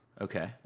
Okay